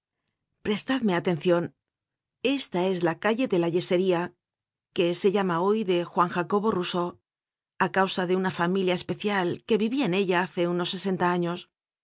prestadme atencion esta es la calle de la yesería que se llama hoy de juan jacobo rousseau á causa de una familia especial que vivia en ella hace unos sesenta años